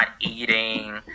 eating